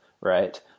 right